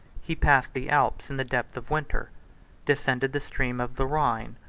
he passed the alps in the depth of winter descended the stream of the rhine,